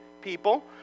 people